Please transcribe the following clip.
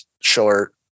short